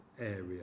area